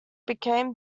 became